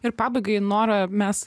ir pabaigai nora mes